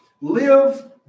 live